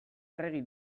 arregi